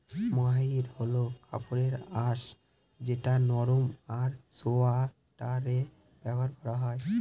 মহাইর হল কাপড়ের আঁশ যেটা নরম আর সোয়াটারে ব্যবহার করা হয়